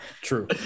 True